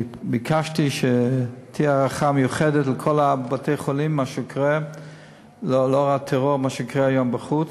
ביקשתי שתהיה היערכות מיוחדת בכל בתי-החולים לאור הטרור שקרה היום בחוץ.